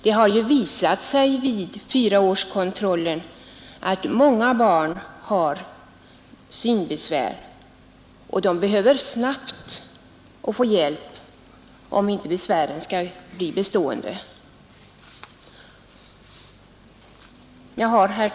Det har ju visat sig vid fyraårskontrollen att många barn har synbesvär, och de behöver snabbt få hjälp, om inte besvären skall bli bestående. Herr talman!